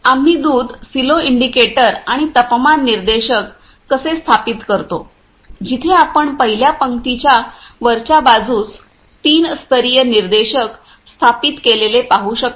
आम्ही दुध silo indicator आणि तापमान निर्देशक कसे स्थापित करतो जिथे आपण पहिल्या पंक्तीच्या वरच्या बाजूस तीन स्तरीय निर्देशक स्थापित केलेले पाहू शकता